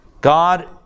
God